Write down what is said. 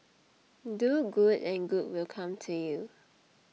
do good and good will come to you